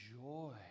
joy